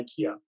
Ikea